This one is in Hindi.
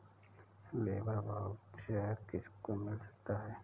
लेबर वाउचर किसको मिल सकता है?